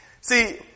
See